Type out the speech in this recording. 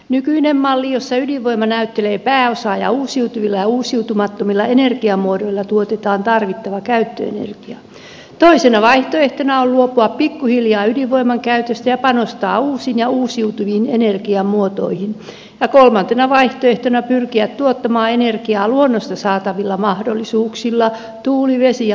nykyinen malli jossa ydinvoima näyttelee pääosaa ja uusiutuvilla ja uusiutumattomilla energiamuodoilla tuotetaan tarvittava käyttöenergia toisena vaihtoehtona on luopua pikkuhiljaa ydinvoiman käytöstä ja panostaa uusiin ja uusiutuviin energiamuotoihin ja kolmantena vaihtoehtona pyrkiä tuottamaan energiaa luonnosta saatavilla mahdollisuuksilla tuuli vesi ja aurinkoenergialla